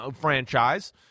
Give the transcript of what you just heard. franchise